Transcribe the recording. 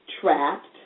trapped